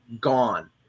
gone